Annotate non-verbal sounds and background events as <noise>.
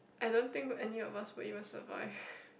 I don't think any of us would even survive <breath>